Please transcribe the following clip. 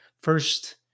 first